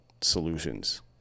solutions